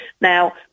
Now